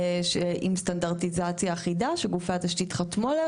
שעם סטנדרטיזציה אחידה שגופי התשתית חתמו עליה,